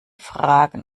fragen